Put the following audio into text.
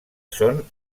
són